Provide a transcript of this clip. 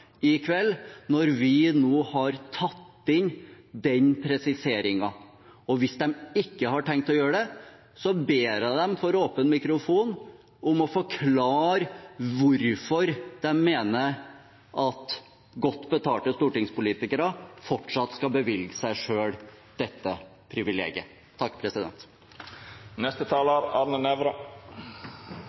kveld, når vi nå har tatt inn den presiseringen. Hvis de ikke har tenkt å gjøre det, ber jeg dem for åpen mikrofon om å forklare hvorfor de mener at godt betalte stortingspolitikere fortsatt skal bevilge seg selv dette privilegiet.